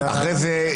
אחרי זה,